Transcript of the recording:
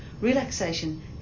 relaxation